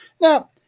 Now